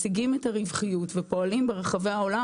מציגים את הרווחיות ופועלים ברחבי העולם